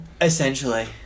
Essentially